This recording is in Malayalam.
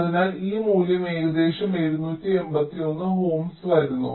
അതിനാൽ ഈ മൂല്യം ഏകദേശം 781 Ohms വരുന്നു